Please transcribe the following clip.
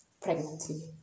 pregnancy